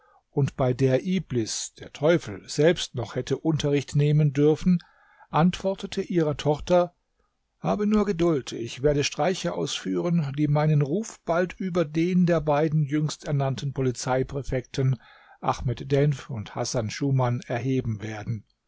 und bei der iblis der teufel selbst noch hätte unterricht nehmen dürfen antwortete ihrer tochter habe nur geduld ich werde streiche ausführen die meinen ruf bald über den der beiden jüngst ernannten polizeipräfekten ahmed denf und hasan schuman erheben werden